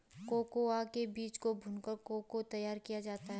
cocoa के बीज को भूनकर को को तैयार किया जाता है